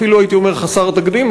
אפילו חסר תקדים,